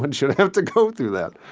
and shouldn't have to go through that.